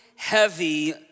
heavy